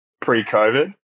pre-COVID